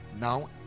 Now